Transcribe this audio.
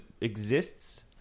exists